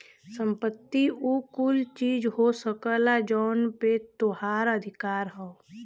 संपत्ति उ कुल चीज हो सकला जौन पे तोहार अधिकार हौ